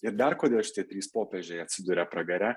ir dar kodėl šie trys popiežiai atsiduria pragare